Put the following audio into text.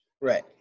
Right